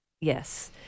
yes